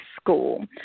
School